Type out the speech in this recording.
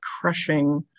crushing